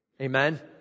Amen